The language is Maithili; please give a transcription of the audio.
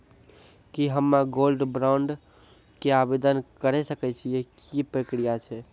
की हम्मय गोल्ड बॉन्ड के आवदेन करे सकय छियै, की प्रक्रिया छै?